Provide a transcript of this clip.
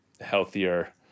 healthier